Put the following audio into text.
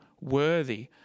worthy